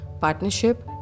partnership